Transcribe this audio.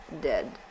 dead